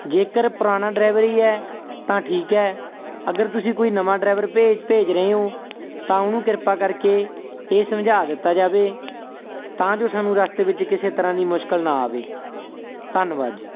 ਜੇਕਰ ਪੁਰਾਣਾ ਡਰੈਵਰ ਹੀ ਹੈ ਤਾਂ ਠੀਕ ਹੈ ਅਗਰ ਤੁਸੀਂ ਕੋਈ ਨਵਾਂ ਡਰੈਵਰ ਭੇਜ ਭੇਜ ਰਹੇ ਹੋ ਤਾਂ ਉਹਨੂੰ ਕਿਰਪਾ ਕਰਕੇ ਇਹ ਸਮਝਾ ਦਿੱਤਾ ਜਾਵੇ ਤਾਂ ਜੋ ਸਾਨੂੰ ਰਸਤੇ ਵਿੱਚ ਕਿਸੇ ਤਰ੍ਹਾਂ ਦੀ ਮੁਸ਼ਕਿਲ ਨਾ ਆਵੇ ਧੰਨਵਾਦ ਜੀ